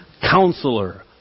Counselor